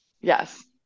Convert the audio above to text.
yes